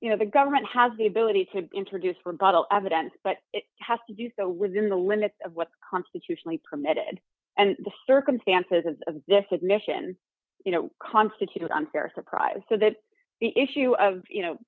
you know the government has the ability to introduce rebuttal evidence but it has to do so within the limits of what constitutionally permitted and the circumstances of this admission you know constituted unfair surprise so that issue of you know